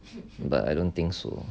but I don't think so